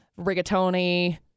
rigatoni